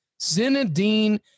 Zinedine